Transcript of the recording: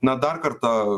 na dar kartą